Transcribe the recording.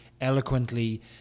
eloquently